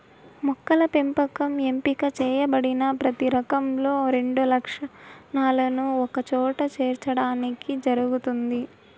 మొక్కల పెంపకం ఎంపిక చేయబడిన ప్రతి రకంలో రెండు లక్షణాలను ఒకచోట చేర్చడానికి జరుగుతుంది